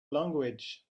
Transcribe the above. language